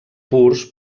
purs